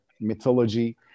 mythology